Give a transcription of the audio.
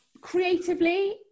creatively